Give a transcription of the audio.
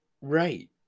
right